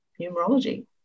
numerology